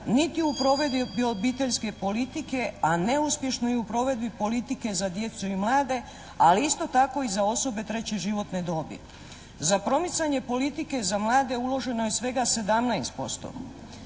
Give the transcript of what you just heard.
niti u provedbi obiteljske politike, a neuspješno je i u provedbi politike za djecu i mlade, ali isto tako i za osobe treće životne dobi. Za promicanje politike za mlade uloženo je svega 17%.